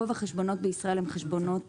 רוב החשבונות בישראל הם חשבונות